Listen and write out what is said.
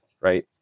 right